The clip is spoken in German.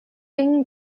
gingen